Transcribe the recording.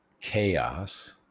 chaos